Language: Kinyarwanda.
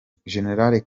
general